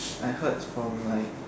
I heard from like